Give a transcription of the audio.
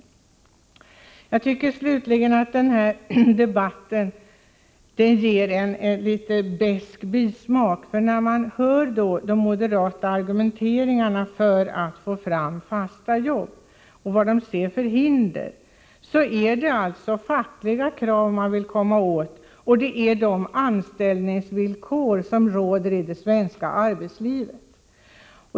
Slutligen tycker jag att den här debatten ger en liten besk bismak. Om man hör på moderaternas argumenteringar för att få fram fasta jobb och deras uppfattning om hinder för detta, får man intrycket att det är de fackliga kraven som man vill komma åt och de anställningsvillkor som råder i det svenska arbetslivet.